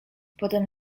potem